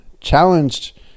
challenged